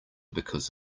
because